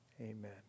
amen